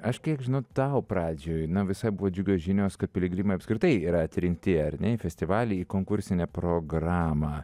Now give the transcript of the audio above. aš kiek žinau tau pradžioj visai buvo džiugios žinios kad piligrimai apskritai yra atrinkti ar ne į festivalį į konkursinę programą